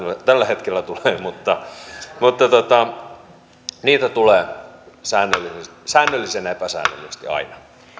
tällä hetkellä tuleekaan mutta niitä tulee säännöllisen epäsäännöllisesti aina